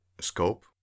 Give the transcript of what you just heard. scope